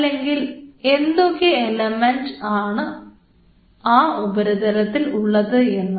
അല്ലെങ്കിൽ എന്തൊക്കെ എലമെൻറ്സ് ആണ് ആ ഉപരിതലത്തിൽ ഉള്ളത് എന്ന്